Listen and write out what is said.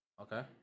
Okay